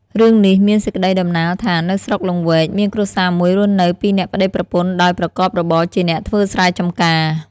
រឿងនេះមានសេចក្ដីតំណាលថា នៅស្រុកលង្វែក មានគ្រួសារមួយរស់នៅពីរនាក់ប្ដីប្រពន្ធដោយប្រកបរបរជាអ្នកធ្វើស្រែចម្ការ ។